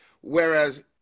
whereas